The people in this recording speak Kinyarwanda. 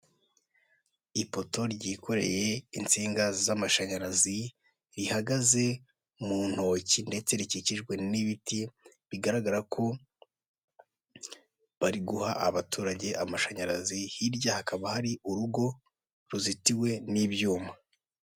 Ipoto ryikoreye insinga z'amashanyarazi rihagaze mu ntoki ndetse rikikijwe n'ibiti bigaragara ko bari guha abaturage amashanyarazi hirya hakaba hari urugo ruzitiwe n'ibyuma.